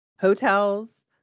hotels